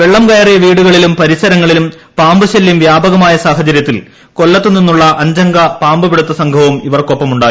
വെള്ളം കയറിയ വ്യീട്ടുകളിലും പരിസരങ്ങളിലും പാമ്പ് ശലും വൃാപകമായ സാഹചരൃത്തിൽ കൊല്പത്തുനിന്നുള്ള അഞ്ചംഗ പാമ്പുപിടുത്ത സംഘവും ഇവർക്കൊപ്പമുണ്ടായിരുന്നു